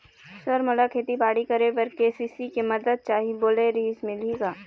Sir मोला खेतीबाड़ी करेबर के.सी.सी के मंदत चाही बोले रीहिस मिलही का?